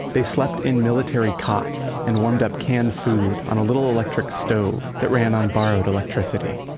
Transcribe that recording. they slept in military cots and warmed up canned food on a little electric stove that ran on borrowed electricity